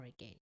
again